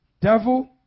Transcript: devil